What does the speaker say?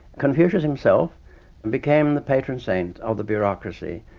confucius himself became the patron saint of the bureaucracy,